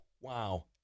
Wow